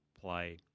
play